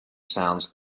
sounds